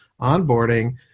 onboarding